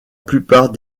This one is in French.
plupart